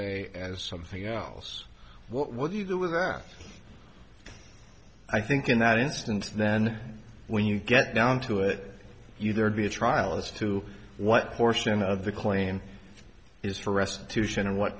a as something else what do you do with that i think in that instance then when you get down to it you there to be a trial as to what portion of the claim is for restitution and what